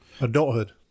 Adulthood